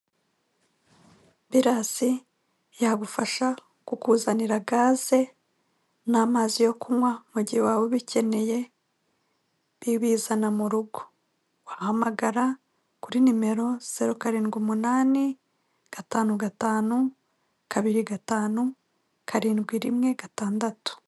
Birasi yagufasha kukuzanira gaze namazi yo kunywa mugihe waba ubikeneye bi ibizana murugo wahamagara kuri nimero 0785525716.